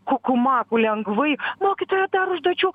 kukumaku lengvai mokytoja dar užduočių